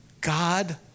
God